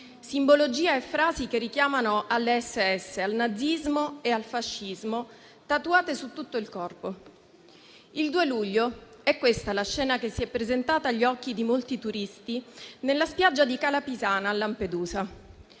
simbologia e frasi che richiamano alle Schutzstaffel (SS), al nazismo e al fascismo tatuate su tutto il corpo. Il 2 luglio è questa la scena che si è presentata agli occhi di molti turisti nella spiaggia di Cala Pisana a Lampedusa